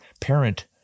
parent